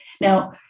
now